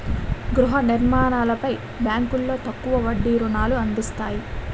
గృహ నిర్మాణాలపై బ్యాంకులో తక్కువ వడ్డీ రుణాలు అందిస్తాయి